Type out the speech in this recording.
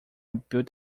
built